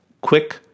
quick